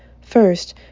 First